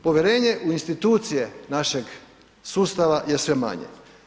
Povjerenje u institucije, našeg sustava je sve manje.